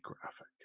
graphic